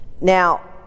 Now